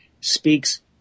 speaks